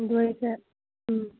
ꯑꯗꯨ ꯑꯩꯁꯦ ꯎꯝ